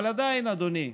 אבל עדיין, אדוני,